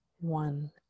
one